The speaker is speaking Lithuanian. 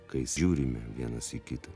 kai žiūrime vienas į kitą